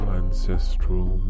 ancestral